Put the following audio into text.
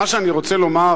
מה שאני רוצה לומר,